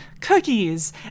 cookies